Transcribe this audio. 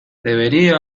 debería